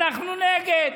אנחנו נגד.